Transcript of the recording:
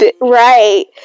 Right